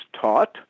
taught